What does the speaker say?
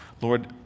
Lord